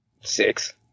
Six